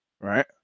right